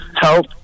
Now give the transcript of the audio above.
Help